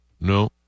No